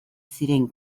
ziren